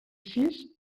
sis